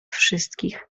wszystkich